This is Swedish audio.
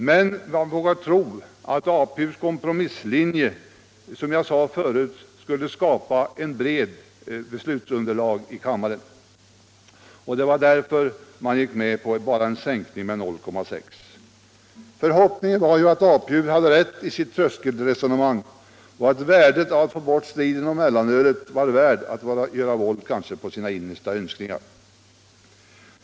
Men man har vågat tro att APU:s kompromisslinje, som jag sade förut, skulle skapa ett brett beslutsunderlag i kammaren, och det var därför man gick med på en sänkning med bara 0,6 926. Förhoppningen var ju att APU hade rätt i sitt tröskelresonemang och att fördelen med att få bort striden om mellanölet gjorde att det kanske var värt att göra våld på sina innersta önskningar.